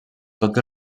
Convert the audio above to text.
tots